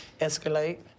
escalate